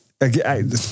Again